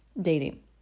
dating